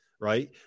right